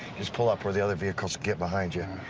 just pull up where the other vehicles get behind ya'.